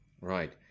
Right